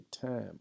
time